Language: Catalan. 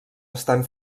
estan